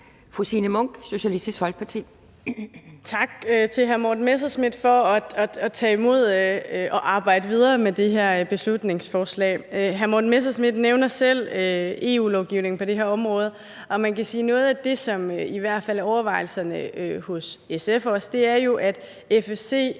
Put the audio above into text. Fru Signe Munk, Socialistisk Folkeparti. Kl. 11:50 Signe Munk (SF): Tak til hr. Morten Messerschmidt for at tage imod at arbejde videre med det her beslutningsforslag. Hr. Morten Messerschmidt nævner selv EU-lovgivningen på det her område, og man kan sige, at noget af det, som i hvert fald også er overvejelserne hos SF, er jo, at FSC,